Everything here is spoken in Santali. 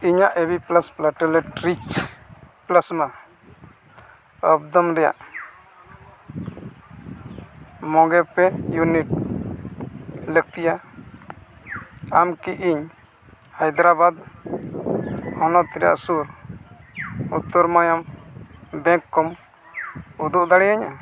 ᱤᱧᱟᱹᱜ AB plus platelet rich plasma ᱚᱯᱷᱫᱚᱢ ᱨᱮᱭᱟᱜ ᱢᱚᱜᱮ ᱯᱮ ᱤᱭᱩᱱᱤᱴ ᱞᱟᱹᱠᱛᱤᱭᱟ ᱟᱢ ᱠᱤ ᱤᱧ ᱦᱟᱭᱫᱨᱟᱵᱟᱫ ᱦᱚᱱᱚᱛ ᱨᱮᱭᱟᱜ ᱥᱩᱨ ᱩᱛᱟᱹᱨ ᱢᱟᱭᱟᱢ ᱵᱮᱝᱠ ᱠᱚᱢ ᱩᱫᱩᱜ ᱫᱟᱲᱮᱭᱤᱧᱟᱹ